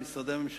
על משרדי הממשלה,